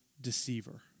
deceiver